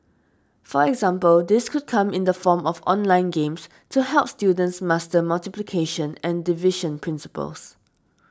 for example this could come in the form of online games to help students master multiplication and division principles